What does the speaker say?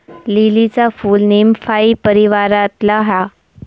लीलीचा फूल नीमफाई परीवारातला हा